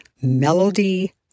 Melody